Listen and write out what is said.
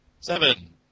Seven